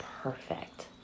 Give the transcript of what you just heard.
perfect